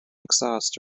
exhaust